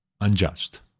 unjust